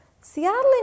Seattle